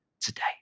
today